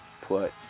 put